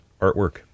artwork